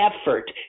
effort